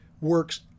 works